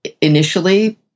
initially